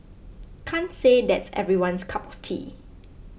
can't say that's everyone's cup of tea